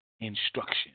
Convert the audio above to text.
instruction